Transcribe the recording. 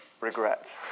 regret